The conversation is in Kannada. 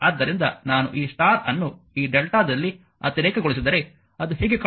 ಆದ್ದರಿಂದ ನಾನು ಈ ಸ್ಟಾರ್ ಅನ್ನು ಈ Δ ದಲ್ಲಿ ಅತಿರೇಕಗೊಳಿಸಿದರೆ ಅದು ಹೇಗೆ ಕಾಣುತ್ತದೆ